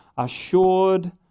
assured